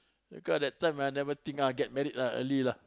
because that time I never think lah get married early lah